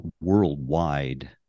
worldwide